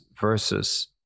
versus